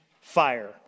fire